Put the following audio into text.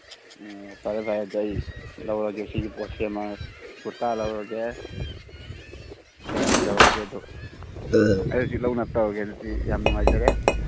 ꯑꯣ ꯐꯔꯦ ꯐꯔꯦ ꯑꯗꯨꯗꯤ ꯑꯩ ꯂꯧꯔꯒꯦ ꯁꯤꯒꯤ ꯄꯣꯠꯁꯤ ꯑꯃ ꯀꯨꯔꯇꯥ ꯂꯧꯔꯒꯦ ꯀꯔꯤ ꯂꯧꯔꯒꯦꯗꯨ ꯑꯩ ꯍꯧꯖꯤꯛ ꯂꯧꯅꯕ ꯇꯧꯔꯒꯦ ꯑꯗꯨꯗꯤ ꯌꯥꯝ ꯅꯨꯡꯉꯥꯏꯖꯔꯦ